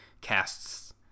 casts